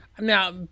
Now